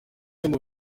bimwe